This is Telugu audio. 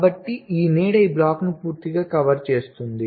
కాబట్టి ఈ నీడ ఈ బ్లాక్ను పూర్తిగా కవర్ చేస్తుంది